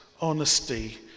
honesty